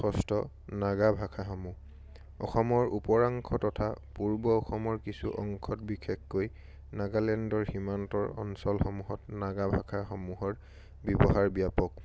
ষষ্ঠ নাগা ভাষাসমূহ অসমৰ উপৰাংশ তথা পূৰ্ব অসমৰ কিছু অংশত বিশেষকৈ নাগালেণ্ডৰ সীমান্তৰ অঞ্চলসমূহত নাগা ভাষাসমূহৰ ব্যৱহাৰ ব্যাপক